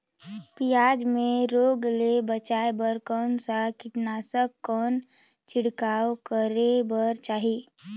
पियाज मे रोग ले बचाय बार कौन सा कीटनाशक कौन छिड़काव करे बर चाही?